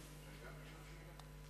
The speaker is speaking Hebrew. אפשר גם לשאול שאלה?